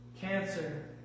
cancer